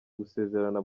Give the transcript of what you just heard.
gusezerana